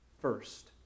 first